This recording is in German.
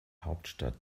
hauptstadt